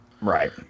Right